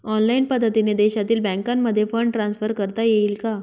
Online पद्धतीने देशातील बँकांमध्ये फंड ट्रान्सफर करता येईल का?